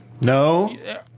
No